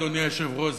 אדוני היושב-ראש,